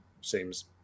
Seems